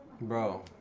bro